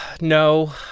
No